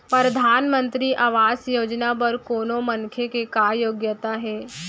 परधानमंतरी आवास योजना बर कोनो मनखे के का योग्यता हे?